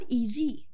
easy